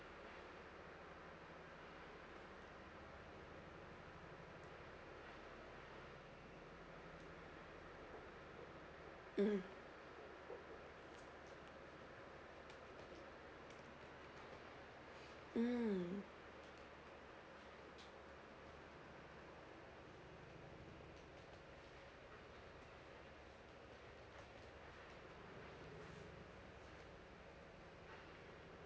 mmhmm mm